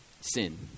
sin